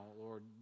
Lord